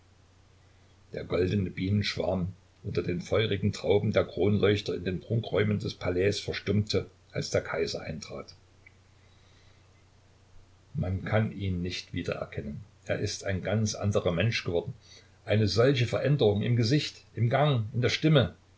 der goldene bienenschwarm unter den feurigen trauben der kronleuchter in den prunkräumen des palais verstummte als der kaiser eintrat man kann ihn nicht wiedererkennen er ist ein ganz anderer mensch geworden eine solche veränderung im gesicht im gang in der stimme